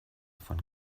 von